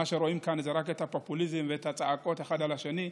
מה שרואים כאן זה רק את הפופוליזם ואת הצעקות אחד על השני,